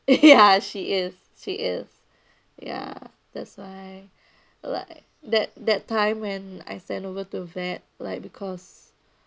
ya she is she is ya that's why like that that time when I send over to vet like because